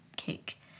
cake